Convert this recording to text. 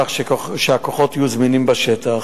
כך שהכוחות יהיו זמינים בשטח.